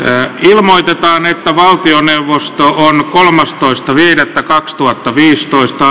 se ilmoitetaan että valtioneuvosto on kolmastoista viidettä kaksituhattaviisitoista